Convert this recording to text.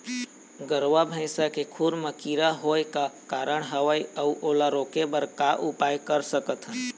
गरवा भैंसा के खुर मा कीरा हर होय का कारण हवए अऊ ओला रोके बर का उपाय कर सकथन?